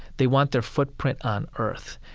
they want their footprint on earth,